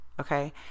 Okay